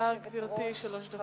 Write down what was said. בבקשה, גברתי, שלוש דקות.